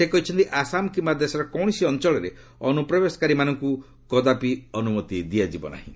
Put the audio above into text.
ସେ କହିଛନ୍ତି ଆସାମ କିମ୍ବା ଦେଶର କୌଣସି ଅଞ୍ଚଳରେ ଅନୁପ୍ରବେଶକାରୀମାନଙ୍କୁ ଅନୁମତି ଦିଆଯିବ ନାହିଁ